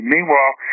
Meanwhile